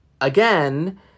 again